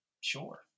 Sure